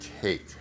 cake